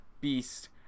Beast